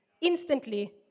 Instantly